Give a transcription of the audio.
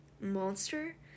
Monster